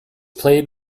played